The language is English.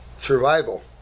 survival